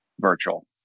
virtual